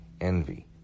envy